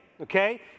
Okay